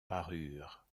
parure